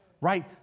Right